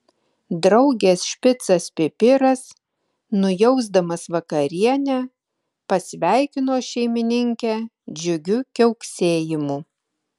draugės špicas pipiras nujausdamas vakarienę pasveikino šeimininkę džiugiu kiauksėjimu